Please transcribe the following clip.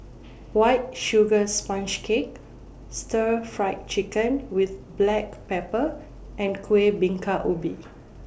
White Sugar Sponge Cake Stir Fry Chicken with Black Pepper and Kuih Bingka Ubi